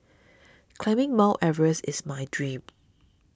climbing Mount Everest is my dream